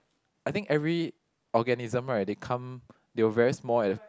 I think every organism right they come they were very small and